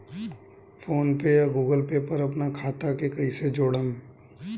PhonePe या Google Pay पर अपना खाता के कईसे जोड़म?